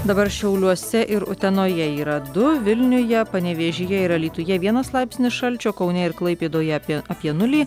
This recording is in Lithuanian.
dabar šiauliuose ir utenoje yra du vilniuje panevėžyje ir alytuje vienas laipsnis šalčio kaune ir klaipėdoje apie apie nulį